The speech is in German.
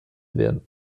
werden